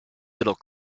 little